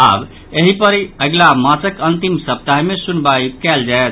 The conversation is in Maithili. आब एहि पर अगिला मासक अंतिम सप्ताह मे सुनवाई कयल जायत